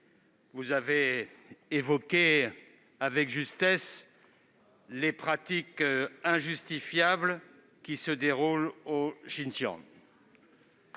vous avez évoqué avec justesse les pratiques injustifiables qui se déroulent au Xinjiang.